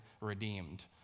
redeemed